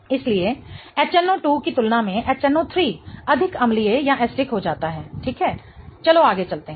इसलिए HNO2 की तुलना में HNO3 अधिक अम्लीय हो जाता है ठीक है चलो आगे चलते हैं